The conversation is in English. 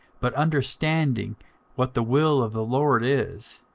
but understanding what the will of the lord is.